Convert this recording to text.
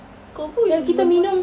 cold brew is the most